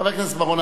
חבר הכנסת בר-און,